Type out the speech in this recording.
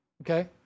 Okay